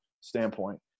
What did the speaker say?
standpoint